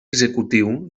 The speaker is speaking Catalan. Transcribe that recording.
executiu